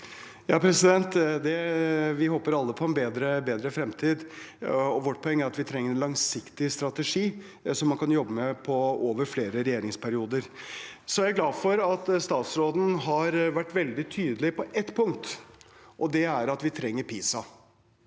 (H) Vi håper alle på en bedre framtid, og vårt poeng er at vi trenger en langsiktig strategi som man kan jobbe med over flere regjeringsperioder. Jeg er glad for at statsråden har vært veldig tydelig på ett punkt, og det er at vi trenger PISA.